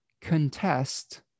contest